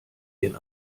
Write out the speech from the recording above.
den